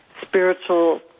spiritual